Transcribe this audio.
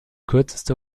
kürzeste